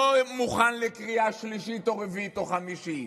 לא מוכן לקריאה שלישית או רביעית או חמישית.